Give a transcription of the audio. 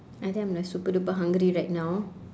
I think I'm like super duper hungry right now